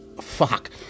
...fuck